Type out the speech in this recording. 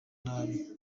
nabi